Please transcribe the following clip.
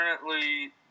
currently